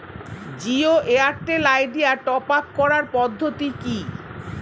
Jio Airtel Idea top up করার পদ্ধতি কি?